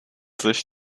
sich